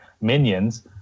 minions